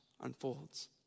unfolds